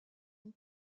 une